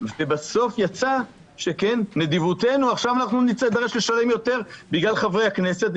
ובסוף יצא שנידרש לשלם יותר בגלל חברי הכנסת,